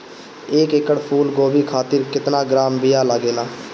एक एकड़ फूल गोभी खातिर केतना ग्राम बीया लागेला?